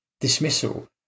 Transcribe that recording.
dismissal